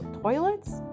toilets